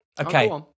Okay